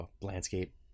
landscape